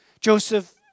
Joseph